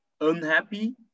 unhappy